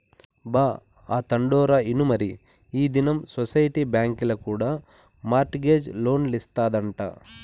బా, ఆ తండోరా ఇనుమరీ ఈ దినం సొసైటీ బాంకీల కూడా మార్ట్ గేజ్ లోన్లిస్తాదంట